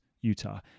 Utah